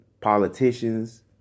politicians